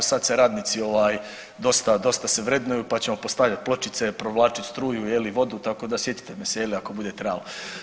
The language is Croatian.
Sad se radnici dosta se vrednuju, pa ćemo postavljat pločice, provlačit struju, vodu tako da sjetite me se ako bude trebalo.